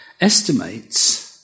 estimates